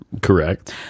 Correct